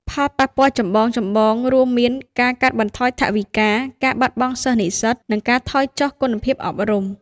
ផលប៉ះពាល់ចម្បងៗរួមមាន ការកាត់បន្ថយថវិកា ការបាត់បង់សិស្សនិស្សិត និងការថយចុះគុណភាពអប់រំ។